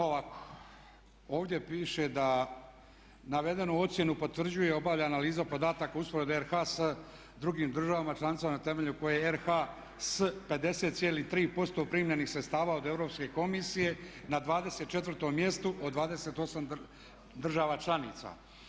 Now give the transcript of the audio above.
Ovako, ovdje piše da navedenu ocjenu potvrđuje i obavlja analizu podataka ... s drugim državama članicama na temelju koje RH s 50,3% primljenih sredstava od Europske komisije na 24 mjestu od 28 država članica.